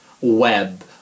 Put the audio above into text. web